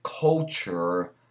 culture